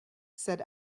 said